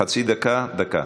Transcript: חצי דקה, דקה.